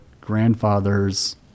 grandfather's